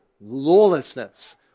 lawlessness